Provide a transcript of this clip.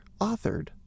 authored